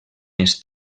més